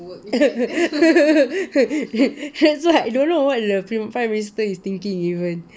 that's why I don't know what the prime minister is thinking even